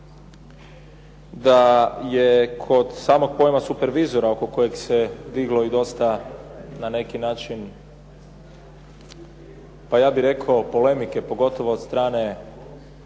da je kod samog pojma supervizora oko kojeg se diglo i dosta na neki način pa ja bih rekao polemike, pogotovo od strane